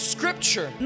Scripture